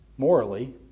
Morally